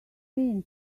mean